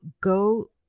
go